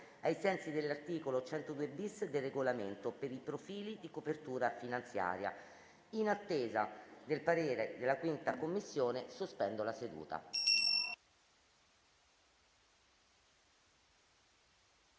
ai sensi dell'articolo 102-*bis* del Regolamento, per i profili di copertura finanziaria. In attesa del parere della 5a Commissione, sospendo la seduta.